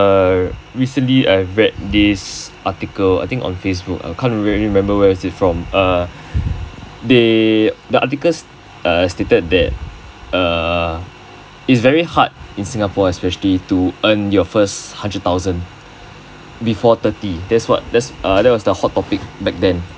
I know err recently I had read this article I think on facebook I can't really remember where is it from err the the article uh stated that uh is very hard in Singapore especially to earn your first hundred thousand before thirty that's what that was a hot topic back then